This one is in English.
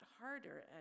harder